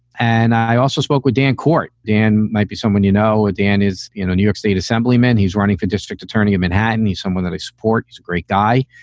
and i also spoke with dancort. dan, maybe someone you know, ah dan is in a new york state assemblyman. he's running for district attorney of manhattan. he's someone that i support. he's a great guy.